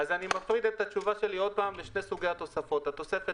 אני מפריד את התשובה שלי לשני סוגי התוספות - התוספת